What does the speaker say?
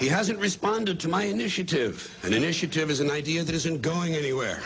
he hasn't responded to my initiative an initiative is an idea that isn't going anywhere